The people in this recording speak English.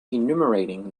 enumerating